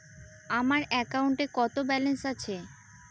আমার অ্যাকাউন্টে কত ব্যালেন্স আছে?